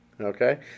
okay